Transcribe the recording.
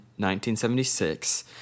1976